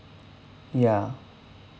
ya